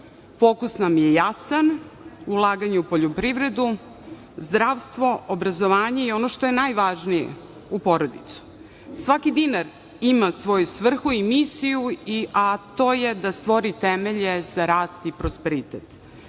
Fokus nam je jasan - ulaganje u poljoprivredu, zdravstvo, obrazovanje i ono što je najvažnije, u porodicu. Svaki dinar ima svoju svrhu i misiju, a to je da stvori temelje za rast i prosperitet. Samo